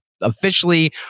officially